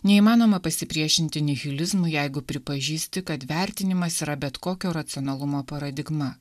neįmanoma pasipriešinti nihilizmui jeigu pripažįsti kad vertinimas yra bet kokio racionalumo paradigma